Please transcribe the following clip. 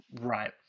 right